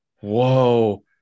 whoa